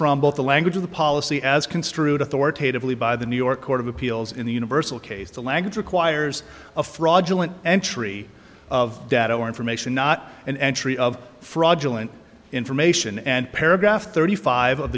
from both the language of the policy as construed authoritatively by the new york court of appeals in the universal case the language requires a fraudulent entry of data or information not an entry of fraudulent information and paragraph thirty five of